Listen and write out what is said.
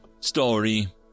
story